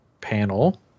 panel